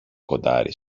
κοντάρι